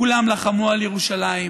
כולם לחמו על ירושלים.